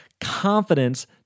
Confidence